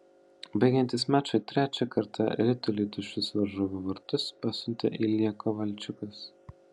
baigiantis mačui trečią kartą ritulį į tuščius varžovų vartus pasiuntė ilja kovalčiukas